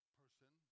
person